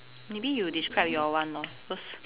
maybe you describe your one lor cause